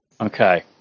Okay